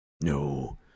No